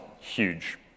huge